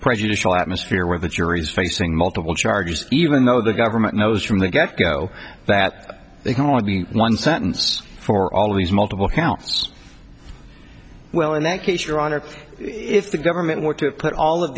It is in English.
prejudicial atmosphere where the jury is facing multiple charges even though the government knows from the get go that they don't want the one sentence for all of these multiple counts well in that case your honor if the government were to put all of